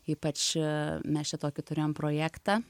ypač mes čia tokį turėjom projektą